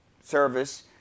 service